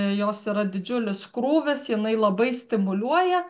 jos yra didžiulis krūvis jinai labai stimuliuoja